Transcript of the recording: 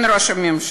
כן, ראש הממשלה,